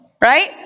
Right